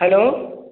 hello